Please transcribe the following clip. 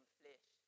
flesh